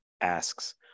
asks